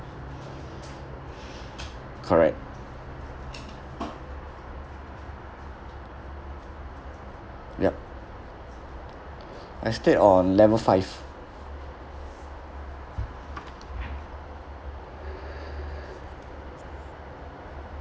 correct yup I stayed on level five